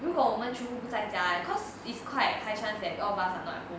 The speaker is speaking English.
如果我们全部不在家 right cause it's quite high chance that all of us are not at home